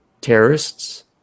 terrorists